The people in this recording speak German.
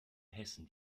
hessen